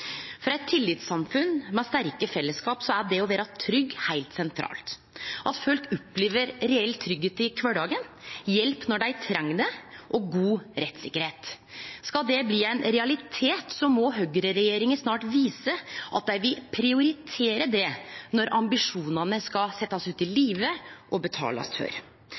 For eit tillitssamfunn med sterke fellesskap er det å vere trygg heilt sentralt: at folk opplever reell tryggleik i kvardagen, at dei får hjelp når dei treng det, og god rettssikkerheit. Skal det bli ein realitet, må høgreregjeringa snart vise at dei vil prioritere det når ambisjonane skal setjast ut i livet og betalast for.